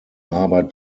arbeit